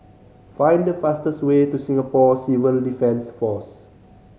find the fastest way to Singapore Civil Defence Force